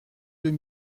deux